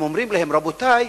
הם אומרים להם: רבותי,